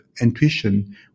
intuition